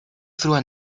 through